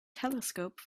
telescope